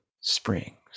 Springs